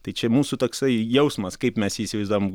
tai čia mūsų toksai jausmas kaip mes jį įsivaizduojam